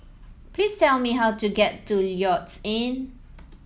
please tell me how to get to Lloyds Inn